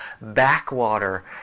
backwater